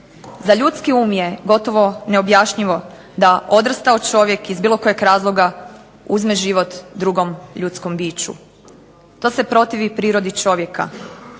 Za ljudski um je gotovo neobjašnjivo da odrastao čovjek, iz bilo kojeg razloga, uzme život drugom ljudskom biću. To se protivi prirodi čovjeka.